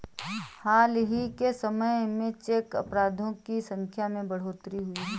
हाल ही के समय में चेक अपराधों की संख्या में बढ़ोतरी हुई है